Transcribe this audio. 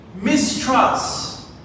mistrust